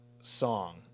song